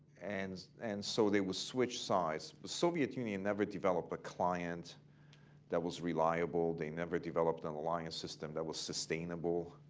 and and so they would switch sides. the soviet union never developed a client that was reliable. they never developed an alliance system that was sustainable.